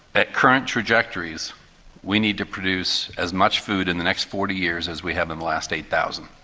at current trajectories we need to produce as much food in the next forty years as we have in the last eight thousand.